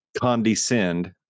condescend